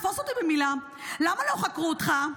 תתפוס אותי במילה: למה לא חקרו אותך?